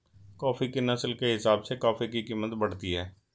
coffee की नस्ल के हिसाब से कॉफी की कीमत बढ़ती है